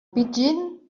pidgin